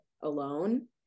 alone